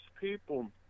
people